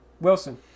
Wilson